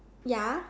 ya